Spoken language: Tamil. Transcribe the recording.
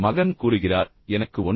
மகன் கூறுகிறார் எனக்கு 9